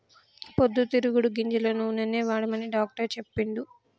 పొద్దు తిరుగుడు గింజల నూనెనే వాడమని డాక్టర్ చెప్పిండు